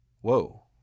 Whoa